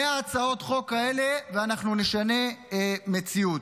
100 הצעות חוק כאלה ואנחנו נשנה מציאות.